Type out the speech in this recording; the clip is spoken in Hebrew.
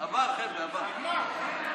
עבר, חבר'ה, עבר.